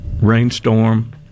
rainstorm